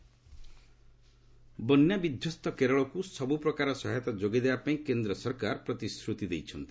ରାଜନାଥ କେରଳ ବନ୍ୟା ବିଧ୍ୱସ୍ତ କେରଳକୁ ସବୁପ୍ରକାର ସହାୟତା ଯୋଗାଇ ଦେବାପାଇଁ କେନ୍ଦ୍ର ସରକାର ପ୍ରତିଶ୍ରତି ଦେଇଛନ୍ତି